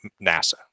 NASA